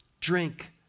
Drink